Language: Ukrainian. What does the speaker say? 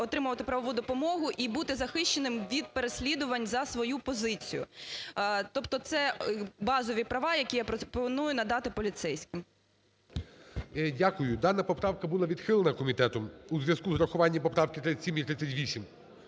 отримувати правову допомогу і бути захищеним від переслідувань за свою позицію. Тобто це базові права, які я пропоную надати поліцейським. ГОЛОВУЮЧИЙ. Дякую. Дана поправка була відхилена комітетом у зв'язку з урахуванням поправки 37 і 38.